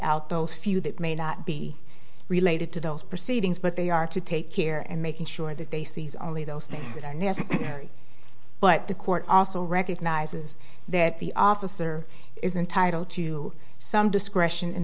out those few that may not be related to those proceedings but they are to take care and making sure that they seize only those things that are necessary but the court also recognizes that the officer is entitled to some discretion in